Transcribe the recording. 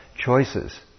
choices